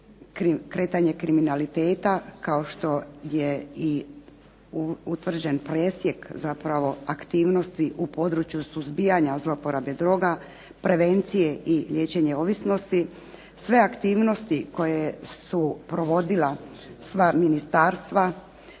kretanje kriminaliteta kao što je utvrđen i presjek aktivnosti u području suzbijana zlouporabe droga, prevencije i liječenje ovisnosti, sve aktivnosti koje su provodila sva ministarstva,